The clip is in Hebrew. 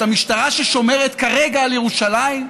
את המשטרה ששומרת כרגע על ירושלים?